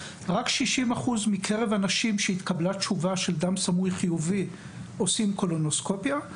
רק 60% מקרב האנשים שהתקבלה תשובה של דם סמוי עושים קולונוסקופיה,